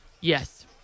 Yes